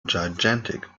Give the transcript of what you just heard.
gigantic